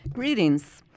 Greetings